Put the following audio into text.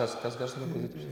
kas kas garso kompozitorius